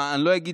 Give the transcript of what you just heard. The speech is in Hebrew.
אני לא אגיד,